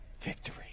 Victory